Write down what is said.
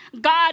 God